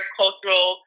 cultural